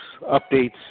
updates